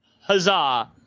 Huzzah